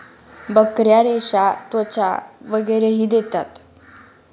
बकऱ्या रेशा, त्वचा वगैरेही देतात